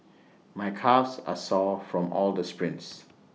my calves are sore from all the sprints